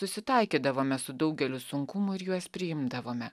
susitaikydavome su daugeliu sunkumų ir juos priimdavome